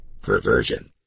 perversion